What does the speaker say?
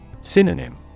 Synonym